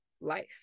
life